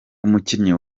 umukinnyi